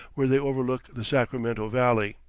where they overlook the sacramento valley.